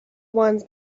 ones